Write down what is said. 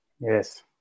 yes